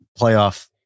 playoff